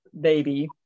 baby